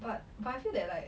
but but I feel that like